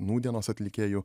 nūdienos atlikėjų